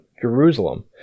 Jerusalem